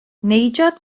neidiodd